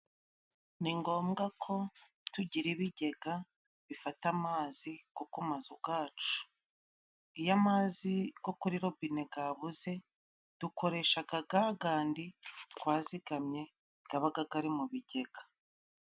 Ni ngombwa ko tugira ibigega bifata amazi go ku mazu gacu. Iyo amazi go kuri robine gabuze, dukoreshaga gagandi twazigamye gabaga gari mu bigega.